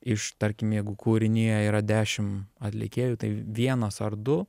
iš tarkim jeigu kūrinyje yra dešim atlikėjų tai vienas ar du